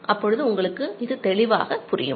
அப்பொழுது உங்களுக்கு இது தெளிவாக புரியும்